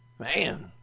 Man